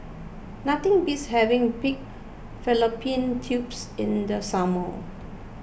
nothing beats having Pig Fallopian Tubes in the summer